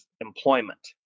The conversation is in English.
employment